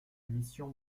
mission